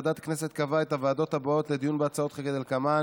ועדת הכנסת קבעה את הוועדות הבאות לדיון בהצעות כדלקמן: